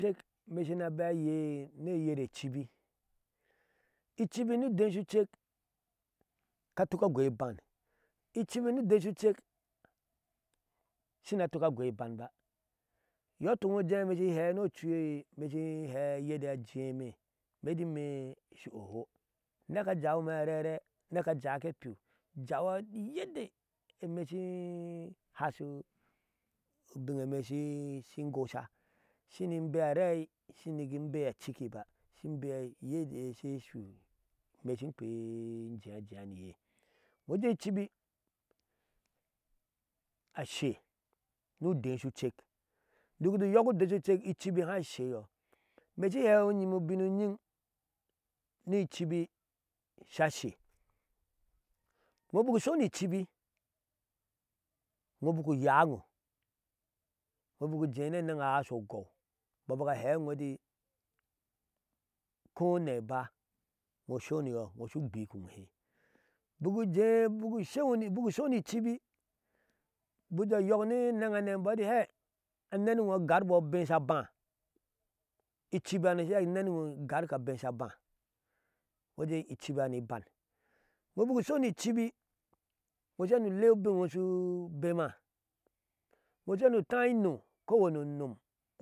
me shina beya ye noyre cibi icibi no desocek, ka tuka goi aban icibi no desocek shina tukka goi abanba yotuk wuuje mehei nocui, neshin hei yadda bajeama metinme ishi oho neka jame arere nekaja ke piu jawa yedde emeshi hasu ubinme shi shin shingosha shini beya rei shinigin beya a cikinba shin beya yedde ye sasu meshi pwe jeajea iye woje cibi ashe no dea sucek bukuju yok no desucek icibi sha she hai sheyo meshjin hewi yime ubinnoyin ni cibi shashe, wokubu soni cibi wobuku yawo inkubo jeine na a hasogou bobaka hewo ati kona ba, wosogou bobaka hewo ati kone ba shewonyo wosu gwik uwehea bukujee buku shewoni buku soni cibi bija yok ne nen hane icibi yano shiya ni neninwo egarko abea sha ba weje kibi hano iban, wobuku soni cibi iya nole ubinne wo su bema wosu iya no tae inɔɔ ko weno nom